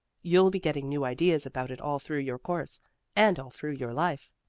you'll be getting new ideas about it all through your course and all through your life.